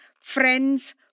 friends